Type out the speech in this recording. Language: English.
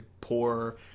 poor